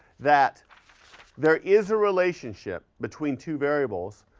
that there is a relationship between two variables,